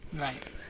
right